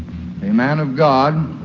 a man of god